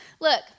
Look